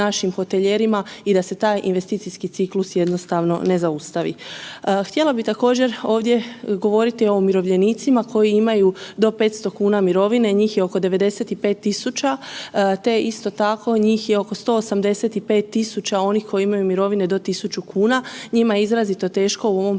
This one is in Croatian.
našim hotelijerima i da se taj investicijski ciklus jednostavno ne zaustavi. Htjela bi također ovdje govoriti o umirovljenicima koji imaju do 500,00 kn mirovine, njih je oko 95000, te isto tako njih je oko 185 000 onih koji imaju mirovine do 1.000,00 kn, njima je izrazito teško u ovom